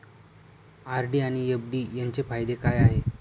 RD आणि FD यांचे फायदे काय आहेत?